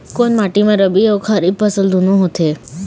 कोन माटी म रबी अऊ खरीफ फसल दूनों होत हे?